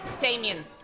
Damien